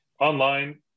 Online